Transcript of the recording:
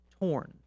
torn